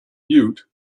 mute